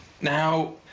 Now